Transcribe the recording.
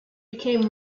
became